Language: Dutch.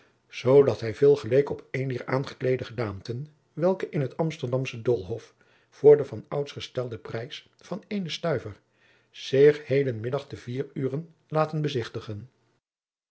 zoodat hij veel geleek op eene dier aangekleedde gedaanten welke in het amsterdamsche doolhof voor den van ouds gestelden prijs van eene stuiver zich heden middag te vier uren laten bezichtigen